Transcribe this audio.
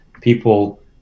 people